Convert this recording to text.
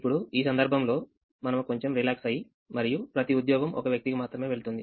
ఇప్పుడు ఈ సందర్భంలోమనము కొంచెం రిలాక్స్ అయి మరియు ప్రతి ఉద్యోగం ఒక వ్యక్తికి మాత్రమే వెళుతుంది